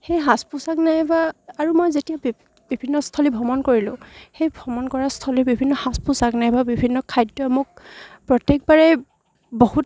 সেই সাজ পোছাক নাইবা আৰু মই যেতিয়া বিভিন্ন স্থলী ভ্ৰমণ কৰিলোঁ সেই ভ্ৰমণ কৰা স্থলীৰ বিভিন্ন সাজ পোছাক নাইবা বিভিন্ন খাদ্য মোক প্ৰত্যেকবাৰে বহুত